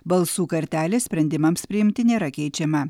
balsų kartelė sprendimams priimti nėra keičiama